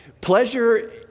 pleasure